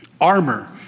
Armor